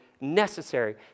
necessary